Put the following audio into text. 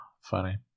Funny